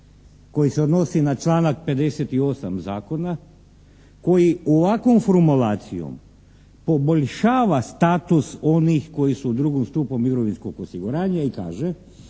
koji se odnosi na članak 58. zakona koji ovakvom formulacijom poboljšava status onih koji su u drugom stupu mirovinskog osiguranja i kaže